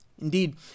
Indeed